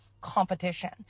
competition